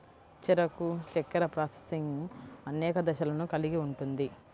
చెరకు చక్కెర ప్రాసెసింగ్ అనేక దశలను కలిగి ఉంటుంది